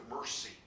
mercy